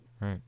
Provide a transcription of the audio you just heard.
right